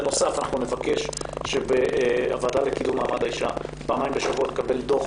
בנוסף נבקש שהוועדה לקידום מעמד האישה פעמיים בשנה תקבל דוח